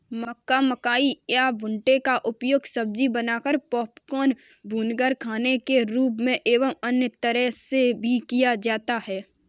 मक्का, मकई या भुट्टे का उपयोग सब्जी बनाकर, पॉपकॉर्न, भूनकर खाने के रूप में एवं अन्य तरह से भी किया जाता है